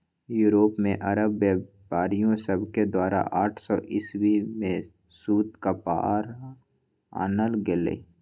Europe में अरब व्यापारिय सभके द्वारा आठ सौ ईसवी में सूती कपरा आनल गेलइ